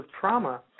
trauma